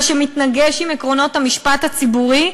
מה שמתנגש עם עקרונות המשפט הציבורי,